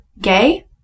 gay